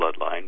bloodline